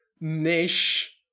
niche